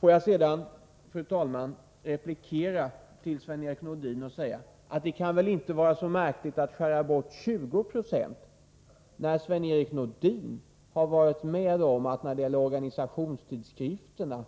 Får jag sedan, fru talman, replikera Sven-Erik Nordin genom att säga att det inte kan vara så märkligt att skära bort 20 96, när Sven-Erik Nordin har varit med om att beträffande organisationstidskrifterna